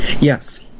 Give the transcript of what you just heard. yes